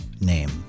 name